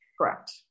Correct